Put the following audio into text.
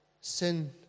sin